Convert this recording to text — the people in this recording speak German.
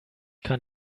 kann